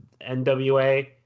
NWA